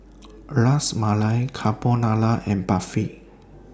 Ras Malai Carbonara and Barfi